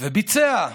וביצע.